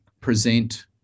present